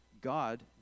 God